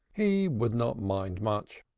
he would not mind much.